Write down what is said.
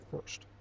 first